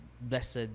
blessed